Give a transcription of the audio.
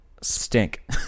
stink